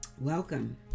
Welcome